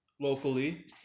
locally